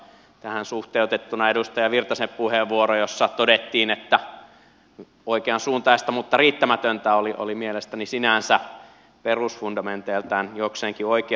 tähän suhteutettuna edustaja virtasen puheenvuoro jossa todettiin että oikean suuntaista mutta riittämätöntä oli mielestäni sinänsä perusfundamenteiltaan jokseenkin oikea